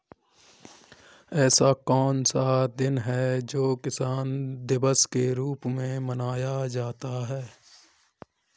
ऐसा कौन सा दिन है जो किसान दिवस के रूप में मनाया जाता है?